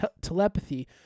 telepathy